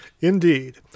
Indeed